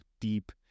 deep